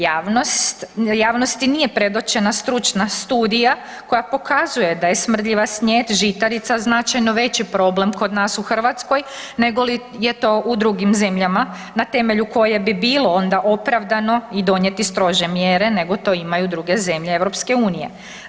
Javnosti nije predočena stručna studija koja pokazuje da je smrdljiva snijet žitarica značajno veći problem kod nas u Hrvatskoj nego li je to u drugim zemljama na temelju koje bi bilo onda opravdano i donijeti strože mjere nego to imaju druge zemlje EU-a.